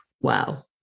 Wow